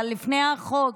אבל לפני החוק